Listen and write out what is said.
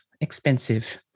expensive